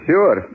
Sure